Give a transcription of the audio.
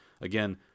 Again